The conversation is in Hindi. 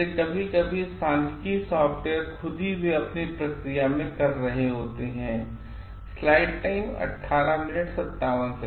इसलिए कभी कभी सांख्यिकीयसॉफ्टवेअरखुद ही वे अपने लिए प्रक्रिया कर रहे होतेहैं